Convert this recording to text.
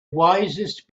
wisest